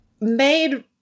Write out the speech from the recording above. made